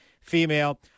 Female